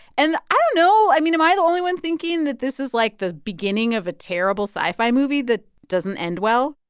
and i don't know, i mean, am i the only one thinking that this is, like, the beginning of a terrible sci-fi movie that doesn't end well?